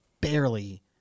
barely